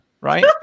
right